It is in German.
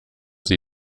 sie